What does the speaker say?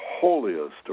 holiest